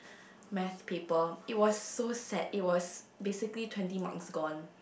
Math paper it was so sad it was basically twenty marks gone